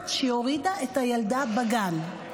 משוכנעת שהיא הורידה את הילדה בגן.